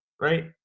right